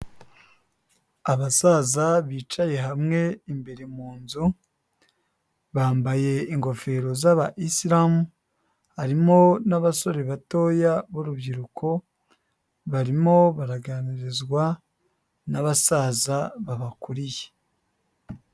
Abasaza bicaye hamwe imbere mu nzu, bambaye ingofero z'aba isilamu, harimo n'abasore batoya b'urubyiruko barimo baraganirizwa n’abasaza babakuriye.